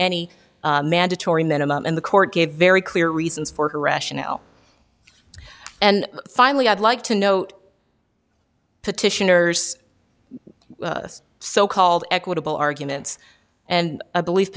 any mandatory minimum and the court gave very clear reasons for her rationale and finally i'd like to note petitioner's this so called equitable arguments and a belie